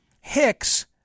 Hicks